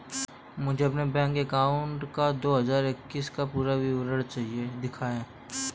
मुझे अपने bank account का दो हज़ार इक्कीस का पूरा विवरण दिखाएँ?